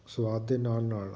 ਸਵਾਦ ਦੇ ਨਾਲ ਨਾਲ